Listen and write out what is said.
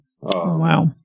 wow